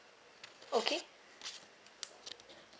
okay